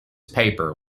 paper